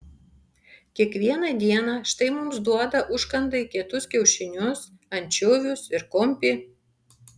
kiekvieną dieną štai mums duoda užkandai kietus kiaušinius ančiuvius ir kumpį